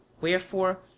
Wherefore